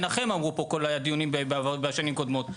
מנחם" אמרו פה כל הדיונים בשנים קודמות.